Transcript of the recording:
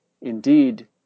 Indeed